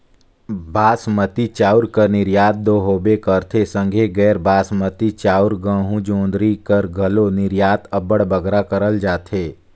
बासमती चाँउर कर निरयात दो होबे करथे संघे गैर बासमती चाउर, गहूँ, जोंढरी कर घलो निरयात अब्बड़ बगरा करल जाथे